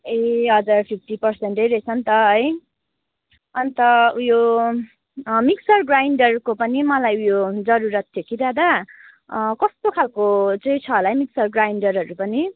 ए हजुर fifty percent नै रहेछ नि त है अन्त उयो मिक्सचर ग्राइन्डरको पनि उयो जरुरत थियो कि दादा कस्तो खाल्को चाहिँ छ होला मिक्सचर ग्राइन्डरहरू पनि